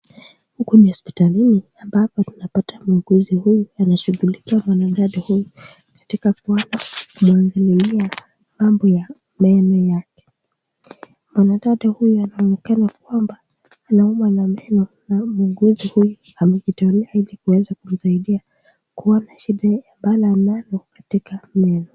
Huku ni hospitalini ambapo tunapata mwuguzi huyu anashughulikia mwanadada huyu katika kwamba kumwangalilia mambo ya meno yake. Mwanadada huyu anaonekana kwamba anaumwa na meno na mwuguzi huyu amejitolea ili kuweza kumsaidia kuwa na shida la meno katika meno.